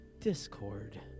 discord